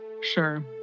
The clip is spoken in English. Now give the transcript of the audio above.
Sure